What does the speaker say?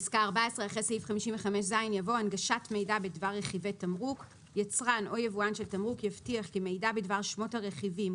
"(14)אחרי סעיף 55ז יבוא: "הנגשת מידע בדבר רכיבי תמרוק 55ז1. יצרן או יבואן של תמרוק יבטיח כי מידע בדבר שמות הרכיבים,